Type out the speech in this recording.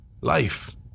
life